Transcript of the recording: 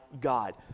God